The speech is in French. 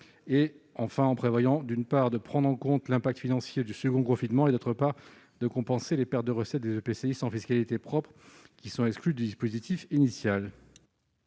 Enfin, il vise, d'une part, à prendre en compte l'impact financier du second confinement et, d'autre part, à compenser les pertes de recettes des EPCI sans fiscalité propre, qui sont exclus du dispositif initial.